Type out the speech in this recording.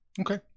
okay